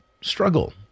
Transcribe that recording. struggle